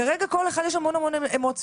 כרגע לכל אחד יש המון המון אמוציות.